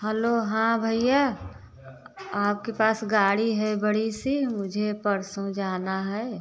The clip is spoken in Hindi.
हलो हाँ भैया आपके पास गाड़ी है बड़ी सी मुझे परसों जाना है